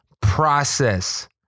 process